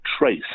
trace